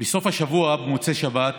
בסוף השבוע במוצאי שבת